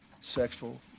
sexual